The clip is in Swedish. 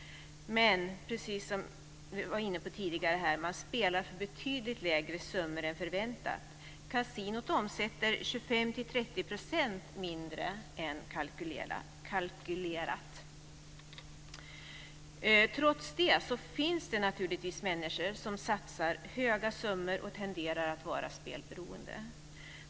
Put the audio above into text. Som någon tidigare varit inne på spelar man dock för betydligt lägre summor än förväntat. Kasinot omsätter Trots detta finns det naturligtvis människor som satsar höga summor och som tenderar att vara spelberoende.